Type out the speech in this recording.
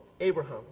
Abraham